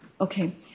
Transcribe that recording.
Okay